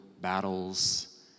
battles